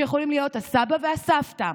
שיכולים להיות הסבא והסבתא,